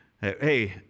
Hey